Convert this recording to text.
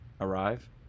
arrive